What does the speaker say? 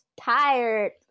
tired